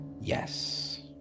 Yes